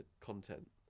content